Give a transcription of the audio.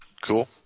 cool